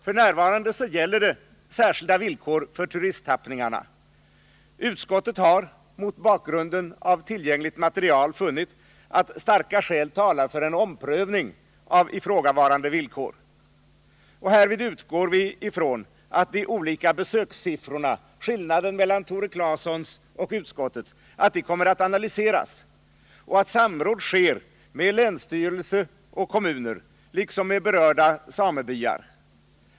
F.n. gäller särskilda villkor för turisttappningarna. Utskottet har mot bakgrund av tillgängligt material funnit att starka skäl talar för en omprövning av ifrågavarande villkor. Härvid utgår vi ifrån att de olika besökssiffrorna, Tore Claesons och utskottets siffror, kommer att analyseras och att samråd sker med länsstyrelse och kommuner liksom med berörda samebyar.